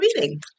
reading